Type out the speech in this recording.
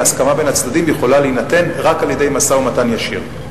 והסכמה בין הצדדים יכולה להינתן רק על-ידי משא-ומתן ישיר.